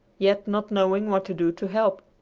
yet not knowing what to do to help.